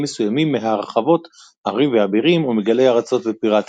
מסוימים מההרחבות ערים ואבירים ומגלי ארצות ופיראטים.